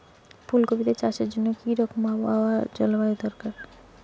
ফুল কপিতে চাষের জন্য কি রকম আবহাওয়া ও জলবায়ু দরকার?